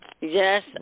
Yes